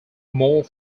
more